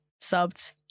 subbed